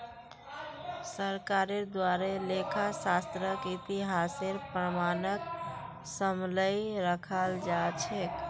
सरकारेर द्वारे लेखा शास्त्रक इतिहासेर प्रमाणक सम्भलई रखाल जा छेक